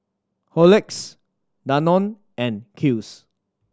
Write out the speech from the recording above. Horlicks Danone and Kiehl's